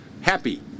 happy